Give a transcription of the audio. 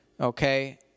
Okay